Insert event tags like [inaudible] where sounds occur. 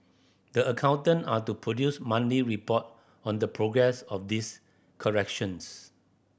the accountant are to produce [unintelligible] report on the progress of these corrections